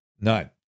None